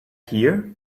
here